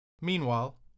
Meanwhile